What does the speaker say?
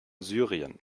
syrien